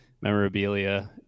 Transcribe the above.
memorabilia